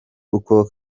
uko